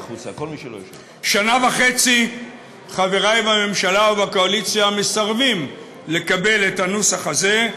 שנה וחצי חברי בממשלה ובקואליציה מסרבים לקבל את הנוסח הזה.